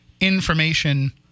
information